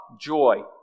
joy